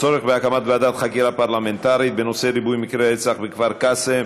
הצורך בהקמת ועדת חקירה פרלמנטרית בנושא ריבוי מקרי הרצח בכפר קאסם,